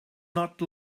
not